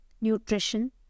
nutrition